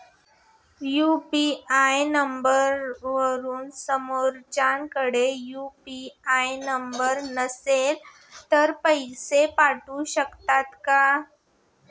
UPI नंबरवरून समोरच्याकडे UPI number नसेल तरी पैसे पाठवू शकते का?